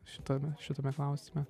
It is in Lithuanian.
šitame šitame klausime